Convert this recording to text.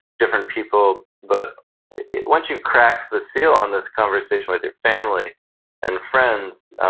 different people. but once you've cracked the seal on this conversation with your family and friends,